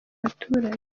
abaturage